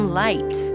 light